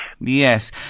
yes